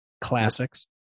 classics